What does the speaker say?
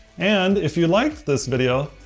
and if you liked this video,